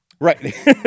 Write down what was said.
Right